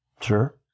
Sure